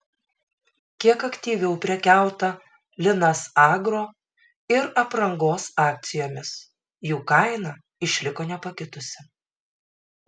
kiek aktyviau prekiauta linas agro ir aprangos akcijomis jų kaina išliko nepakitusi